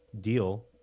deal